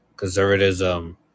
Conservatism